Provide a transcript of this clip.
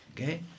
Okay